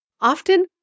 Often